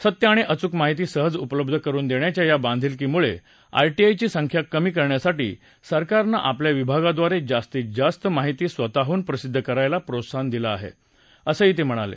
सत्य आणि अचूक माहिती सहज उपलब्ध करुन देण्याच्या या बांधिलकीमुळे आरटीआयची संख्या कमी करण्यासाठी सरकारनं आपल्या विभागाद्वारे जास्तीत जास्त माहिती स्वतःहून प्रसिद्ध करायला प्रोत्साहन दिलं आहे असं ते म्हणाले